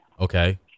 Okay